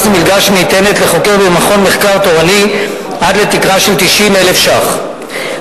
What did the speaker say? למלגה שניתנת לחוקר במכון מחקר תורני עד לתקרה של 90,000 שקלים.